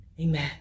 Amen